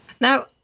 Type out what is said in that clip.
Now